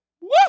Woo